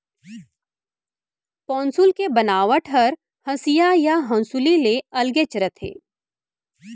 पौंसुल के बनावट हर हँसिया या हँसूली ले अलगेच रथे